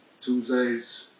Tuesdays